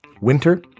winter